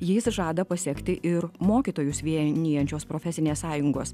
jais žada pasekti ir mokytojus vienijančios profesinės sąjungos